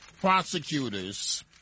prosecutors